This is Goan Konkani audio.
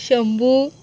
शंबू